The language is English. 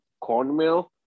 cornmeal